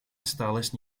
осталось